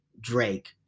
Drake